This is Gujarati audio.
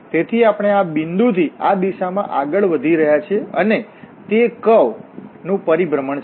તેથી આપણે આ બિંદુથી આ દિશામાં આગળ વધી રહ્યા છીએ અને તે કર્વ વળાંક નું પરિભ્રમણ છે